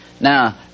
Now